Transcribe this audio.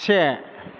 से